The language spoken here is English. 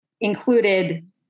included